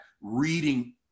reading